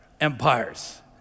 empires